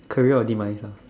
career or demise her